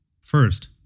First